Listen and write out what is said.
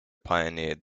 pioneered